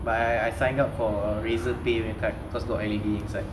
but I I signed up for Razer pay punya card because got L_E_D inside